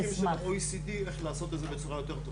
יש קווים מנחים של ה-OECD איך לעשות את זה בצורה טובה יותר.